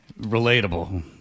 Relatable